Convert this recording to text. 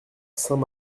saint